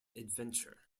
adventure